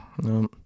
No